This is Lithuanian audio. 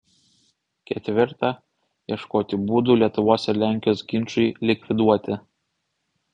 ketvirta ieškoti būdų lietuvos ir lenkijos ginčui likviduoti